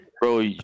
bro